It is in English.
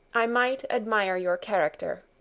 i might admire your character,